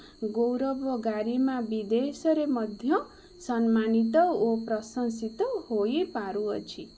ଗୌରବ ଗାରିମା ବିଦେଶରେ ମଧ୍ୟ ସମ୍ମାନିତ ଓ ପ୍ରଶଂସିତ ହୋଇ ପାରୁଅଛି